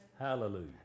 Hallelujah